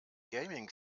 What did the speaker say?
gaming